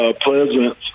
Pleasant